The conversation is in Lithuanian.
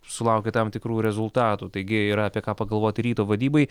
sulaukia tam tikrų rezultatų taigi yra apie ką pagalvoti ryto vadybai